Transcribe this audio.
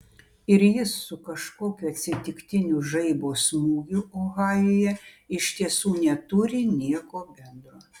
ir jis su kažkokiu atsitiktiniu žaibo smūgiu ohajuje iš tiesų neturi nieko bendro